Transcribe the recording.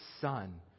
son